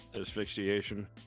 Asphyxiation